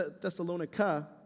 Thessalonica